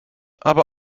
aber